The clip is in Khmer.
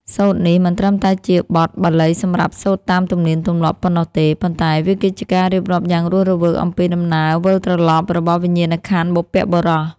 សូត្រនេះមិនត្រឹមតែជាបទបាលីសម្រាប់សូត្រតាមទំនៀមទម្លាប់ប៉ុណ្ណោះទេ ប៉ុន្តែវាគឺជាការរៀបរាប់យ៉ាងរស់រវើកអំពីដំណើរវិលត្រឡប់របស់វិញ្ញាណក្ខន្ធបុព្វបុរស។